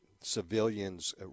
civilians